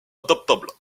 adaptable